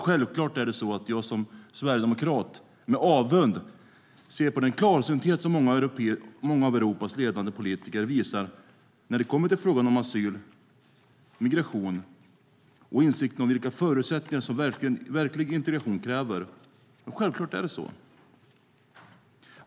Självklart ser jag som sverigedemokrat med avund på den klarsynthet som många av Europas ledande politiker visar när det kommer till frågan om asyl, migration och insikten om vilka förutsättningar som verklig integration kräver. Självklart är det så.